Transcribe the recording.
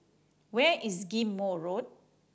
where is Ghim Moh Road